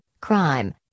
Crime